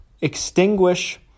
extinguish